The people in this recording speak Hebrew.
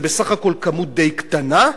זה בסך הכול כמות די קטנה,